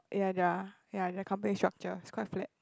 ya their their company structure is quite flat